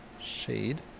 Shade